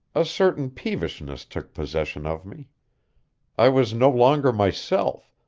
a certain peevishness took possession of me i was no longer myself,